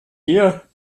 hier